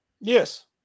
Yes